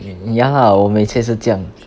ya lah 我每次也是这样